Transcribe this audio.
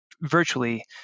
virtually